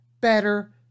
better